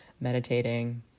meditating